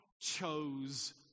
chose